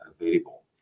available